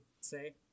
say